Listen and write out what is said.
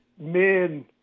men